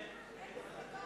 ההצעה